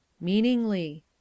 Meaningly